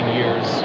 years